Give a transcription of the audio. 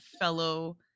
fellow